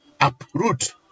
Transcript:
uproot